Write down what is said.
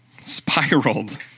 Spiraled